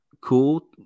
cool